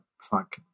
fuck